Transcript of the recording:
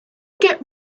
get